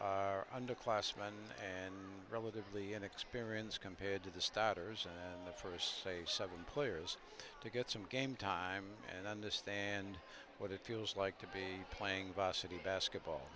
are underclassman and relatively inexperienced compared to the staggers and the first say seven players to get some game time and understand what it feels like to be playing by city basketball